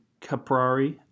Caprari